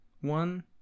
one